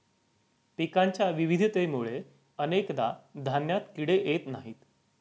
पिकांच्या विविधतेमुळे अनेकदा धान्यात किडे येत नाहीत